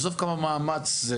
עזוב כמה מאמץ זה.